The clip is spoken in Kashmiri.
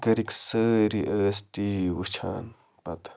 گَرِکۍ سٲری ٲسۍ ٹی وی وٕچھان پَتہٕ